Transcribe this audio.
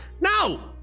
no